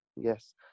Yes